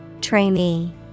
Trainee